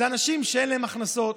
זה אנשים שאין להם הכנסות,